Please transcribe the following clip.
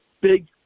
big